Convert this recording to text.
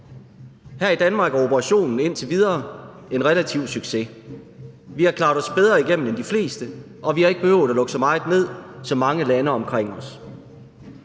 Her i Danmark er operationen indtil videre en relativ succes. Vi har klaret os bedre igennem end de fleste, og vi har ikke behøvet at lukke så meget ned som mange lande omkring os.